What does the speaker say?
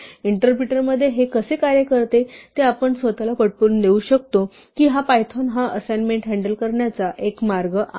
इंटरप्रिटरमध्ये हे कसे कार्य करते ते आपण स्वतःला पटवून देऊ शकतो की हा पायथॉन हा असाईनमेंट हॅन्डल करण्याचा एक मार्ग आहे